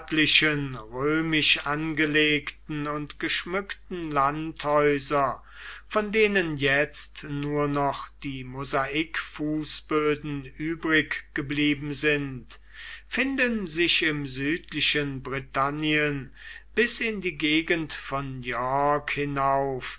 römisch angelegten und geschmückten landhäuser von denen jetzt nur noch die mosaikfußböden übrig geblieben sind finden sich im südlichen britannien bis in die gegend von york hinauf